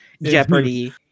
jeopardy